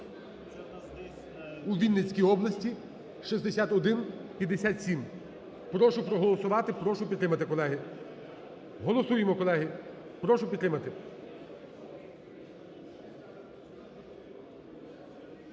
у Вінницькій області (6157). Прошу проголосувати, прошу підтримати, колеги. Голосуємо, колеги. Прошу підтримати.